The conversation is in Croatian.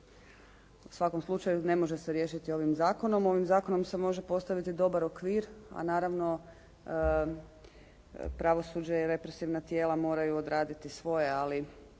U svakom slučaju ne može se riješiti ovim zakonom Ovim zakonom se može postaviti dobar okvir, a naravno pravosuđe i represivna tijela moraju odraditi svoje ali